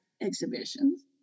exhibitions